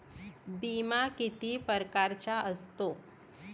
बिमा किती परकारचा असतो?